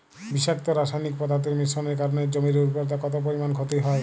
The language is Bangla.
বিষাক্ত রাসায়নিক পদার্থের মিশ্রণের কারণে জমির উর্বরতা কত পরিমাণ ক্ষতি হয়?